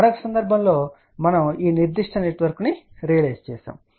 మరొక సందర్భంలో మనము ఈ నిర్దిష్ట నెట్వర్క్ను రియలైజ్ చేసాము